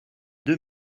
deux